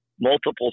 multiple